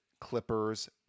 Clippers